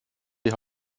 die